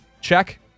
Check